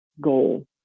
goal